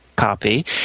copy